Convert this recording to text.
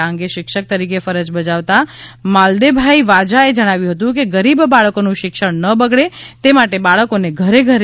આ અંગે શિક્ષક તરીકે ફરજ બજાવતા માલદે ભાઈ વાજાએ જણાવ્યું હતું કે ગરીબ બાળકો નું શિક્ષણ ન બગડે તે માટે બાળકો ને ધરે ઘરે જઈ ને શિક્ષણ આપે છે